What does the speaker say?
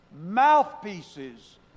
mouthpieces